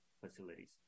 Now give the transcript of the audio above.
facilities